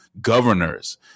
governors